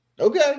Okay